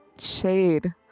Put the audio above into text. shade